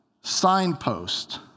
signpost